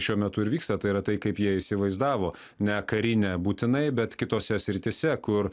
šiuo metu ir vyksta tai yra tai kaip jie įsivaizdavo ne karinė būtinai bet kitose srityse kur